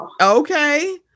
okay